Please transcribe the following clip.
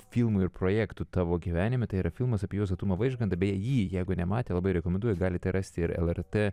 filmų ir projektų tavo gyvenime tai yra filmas apie juozą tumą vaižgantą beje jį jeigu nematę labai rekomenduoju galite rasti ir lrt